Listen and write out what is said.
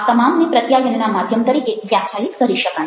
આ તમામને પ્રત્યાયનના માધ્યમ તરીકે વ્યાખ્યાયિત કરી શકાય